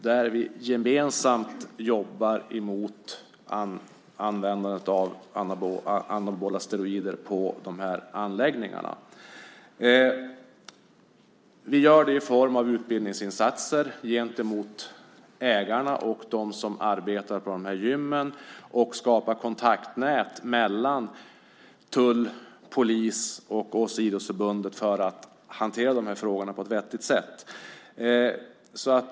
Vi jobbar gemensamt mot användandet av anabola steroider på dessa anläggningar. Vi gör det i form av utbildningsinsatser gentemot ägarna och dem som arbetar på gymmen, och vi skapar kontaktnät mellan tull, polis och idrottsförbundet för att hantera frågorna på ett vettigt sätt.